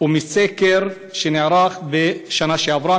ומסקר שנערך בשנה שעברה,